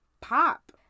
pop